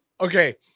Okay